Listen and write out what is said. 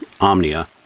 Omnia